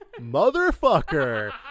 motherfucker